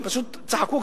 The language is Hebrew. הם פשוט צחקו.